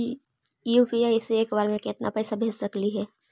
UPI से एक बार मे केतना पैसा भेज सकली हे?